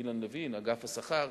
אילן לוין מאגף השכר,